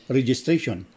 registration